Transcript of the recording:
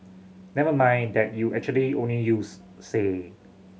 never mind that you actually only used say